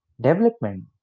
development